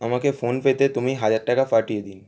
আমাকে ফোনপেতে তুমি হাজার টাকা পাঠিয়ে দিন